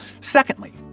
Secondly